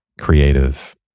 creative